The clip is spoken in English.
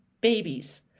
babies